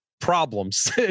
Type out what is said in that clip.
problems